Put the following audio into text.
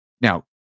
Now